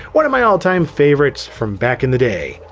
one of my all-time favorites from back in the day.